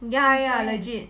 ya ya legit